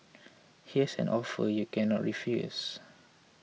here's an offer you cannot refuse